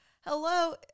hello